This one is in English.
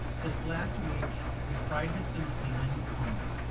this last week a fright has been stealing upon me.